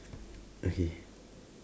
okay